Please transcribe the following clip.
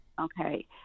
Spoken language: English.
Okay